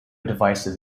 divisive